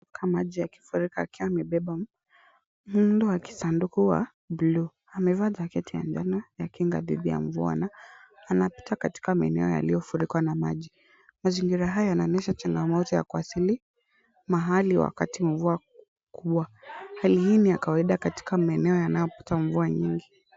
Mkamaji akifurika akiwa amebeba muundo wa kisanduku wa buluu. Amevaa jaketi ya njano ya kinga dhidi ya mvua na anapita katika maeneo yaliyofurika na maji. Mazingira haya yanaonyesha changamoto ya kuwasili mahali wakati wa mvua kubwa. Hali hii ni ya kawaida katika maeneo yanayopata mvua nyingi.